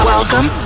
Welcome